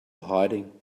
hiding